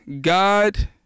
God